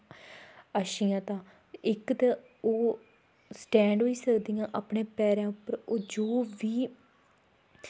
अच्छियां तां इक तां ओह् स्टैंड होई सकदियां अपनै पैरैं पर ओह् जो बी